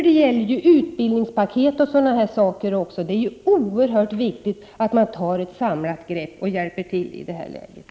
Det gäller också utbildningspaket och sådana saker. Det är ju oerhört viktigt att vi tar ett samlat grepp och hjälper till i det uppkomna läget.